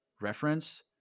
reference